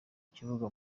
kibuga